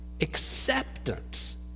acceptance